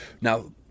Now